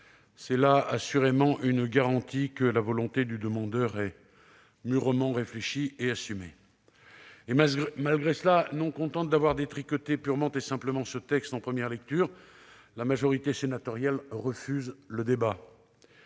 C'est là, assurément, une garantie que la volonté du demandeur est mûrement réfléchie et assumée. Malgré cela, non contente d'avoir détricoté purement et simplement ce texte en première lecture, la majorité sénatoriale refuse le débat.